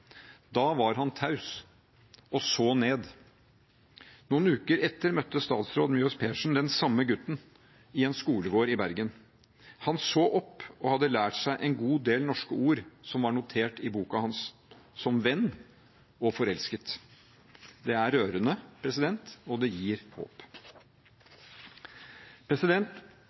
Da var han taus og så ned. Noen uker etter møtte statsråd Mjøs Persen den samme gutten i en skolegård i Bergen. Han så opp og hadde lært seg en god del norske ord, som var notert i boken hans – som «venn» og «forelsket». Det er rørende, og det gir